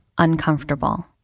uncomfortable